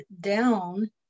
down